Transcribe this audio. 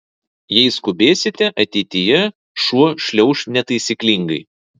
jei skubėsite ateityje šuo šliauš netaisyklingai